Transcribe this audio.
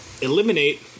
eliminate